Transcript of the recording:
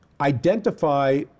identify